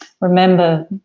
remember